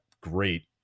great